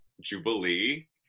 Jubilee